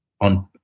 on